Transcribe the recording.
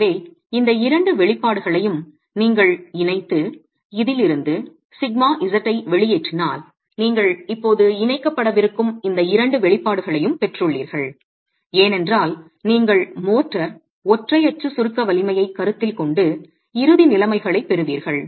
எனவே இந்த இரண்டு வெளிப்பாடுகளையும் நீங்கள் இணைத்து இதிலிருந்து σz ஐ வெளியேற்றினால் நீங்கள் இப்போது இணைக்கப்படவிருக்கும் இந்த இரண்டு வெளிப்பாடுகளையும் பெற்றுள்ளீர்கள் ஏனென்றால் நீங்கள் மோர்டார் ஒற்றை அச்சு சுருக்க வலிமையைக் கருத்தில் கொண்டு இறுதி நிலைமைகளைப் பெறுவீர்கள்